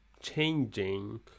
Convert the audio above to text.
changing